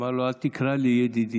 אמר לו: אל תקרא לי ידידי.